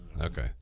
Okay